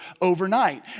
overnight